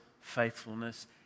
faithfulness